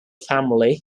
family